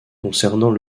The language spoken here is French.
concernant